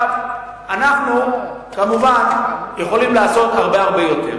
אנחנו, כמובן, יכולים לעשות הרבה-הרבה יותר.